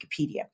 Wikipedia